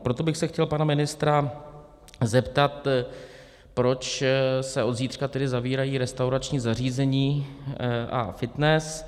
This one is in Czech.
Proto bych se chtěl pana ministra zeptat, proč se od zítřka tedy zavírají restaurační zařízení a fitness.